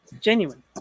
genuine